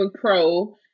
Pro